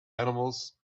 animals